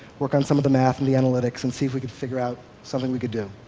work on some of the math and the analytics and see if we could figure out something we could do.